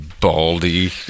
Baldy